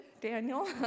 Daniel